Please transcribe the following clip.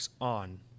On